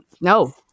No